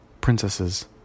Princesses